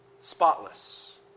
Spotless